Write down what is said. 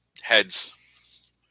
heads